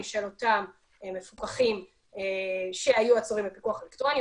של אותם מפוקחים שהיו עצורים בפיקוח אלקטרוני,